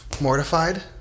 mortified